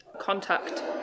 Contact